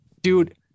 Dude